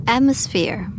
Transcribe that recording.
Atmosphere